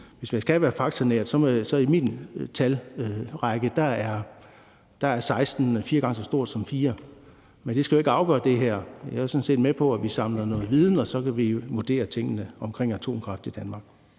hvis man skal være faktanær, at i min talrække er 16 fire gange så stort som 4, men det skal jo ikke afgøre det her. Jeg er sådan set med på, at vi samler noget viden, og at vi så kan vurdere tingene omkring atomkraft i Danmark.